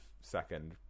second